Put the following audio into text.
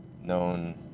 known